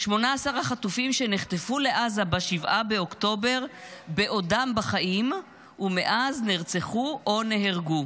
18 החטופים שנחטפו לעזה ב-7 באוקטובר בעודם בחיים ומאז נרצחו או נהרגו: